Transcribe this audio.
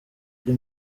ari